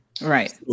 Right